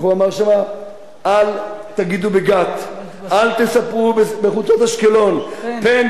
"אל תגידו בגת אל תספרו בחוצֹת אשקלון פן